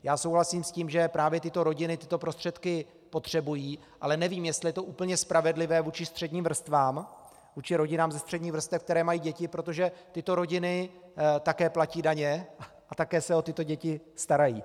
Já souhlasím s tím, že právě tyto rodiny tyto prostředky potřebují, ale nevím, jestli je to úplně spravedlivé vůči středním vrstvám, vůči rodinám ze středních vrstev, které mají děti, protože tyto rodiny také platí daně a také se o děti starají.